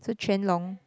so Quan-Long